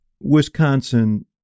Wisconsin